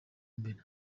mbere